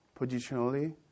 positionally